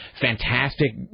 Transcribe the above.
fantastic